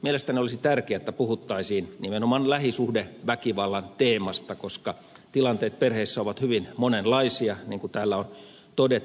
mielestäni olisi tärkeää että puhuttaisiin nimenomaan lähisuhdeväkivallan teemasta koska tilanteet perheissä ovat hyvin monenlaisia niin kuin täällä on todettu